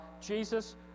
Jesus